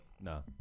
no